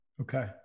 Okay